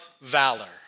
valor